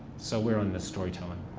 so we're on the storytelling.